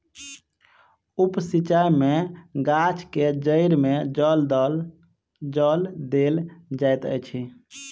उप सिचाई में गाछ के जइड़ में जल देल जाइत अछि